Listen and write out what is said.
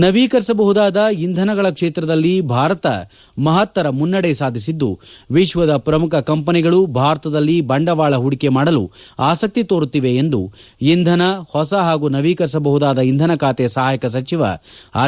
ನವೀಕರಿಸಬಹುದಾದ ಇಂಧನಗಳ ಕ್ಷೇತ್ರದಲ್ಲಿ ಭಾರತ ಮಹತ್ತರ ಮುನ್ನಡೆ ಸಾಧಿಸಿದ್ದು ವಿಶ್ವದ ಪ್ರಮುಖ ಕಂಪೆನಿಗಳು ಭಾರತದಲ್ಲಿ ಬಂಡವಾಳ ಹೂಡಿಕೆ ಮಾಡಲು ಆಸಕ್ತಿ ತೋರುತ್ತಿವೆ ಎಂದು ಇಂಧನ ಹೊಸ ಹಾಗೂ ನವೀಕರಿಸಬಹುದಾದ ಇಂಧನ ಖಾತೆ ಕೇಂದ್ರ ಸಚಿವ ಆರ್